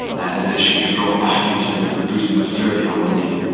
and that it should be brought back into the the bosom of serbia one day.